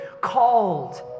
called